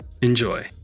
Enjoy